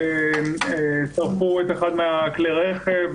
שרפו את אחד מכלי הרכב,